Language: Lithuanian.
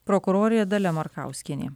prokurorė dalia markauskienė